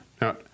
Now